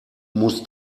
muss